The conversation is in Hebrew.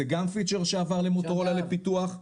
זה גם פיצ'ר שעבר למוטורולה לפיתוח,